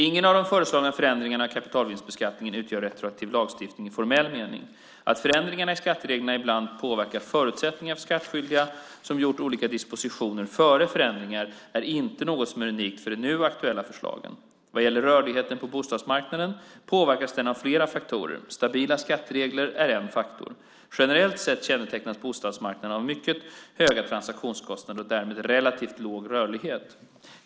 Ingen av de föreslagna förändringarna av kapitalvinstbeskattningen utgör retroaktiv lagstiftning i formell mening. Att förändringar i skatteregler ibland påverkar förutsättningarna för skattskyldiga som gjort olika dispositioner före förändringarna är inte något som är unikt för de nu aktuella förslagen. Vad gäller rörligheten på bostadsmarknaden påverkas den av flera olika faktorer. Stabila skatteregler är en faktor. Generellt sett kännetecknas bostadsmarknaden av mycket höga transaktionskostnader och därmed relativt låg rörlighet.